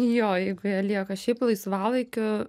jo jeigu jo lieka šiaip laisvalaikiu